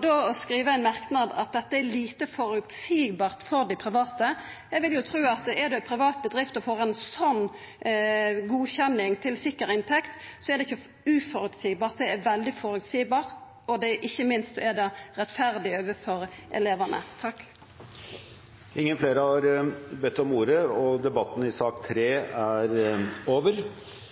Da å skriva i ein merknad at dette er «uforutsigbart» for dei private – eg vil jo tru at når private får ei slik godkjenning til ei sikker inntekt, så er det ikkje «uforutsigbart», det er svært føreseieleg, og ikkje minst er det rettferdig overfor elevane. Flere har ikke bedt om ordet til sak nr. 3. Etter ønske fra kirke-, utdannings- og